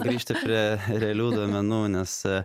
grįžti prie realių duomenų nes